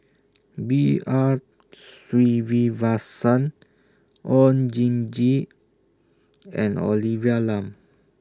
B R Sreenivasan Oon Jin Gee and Olivia Lum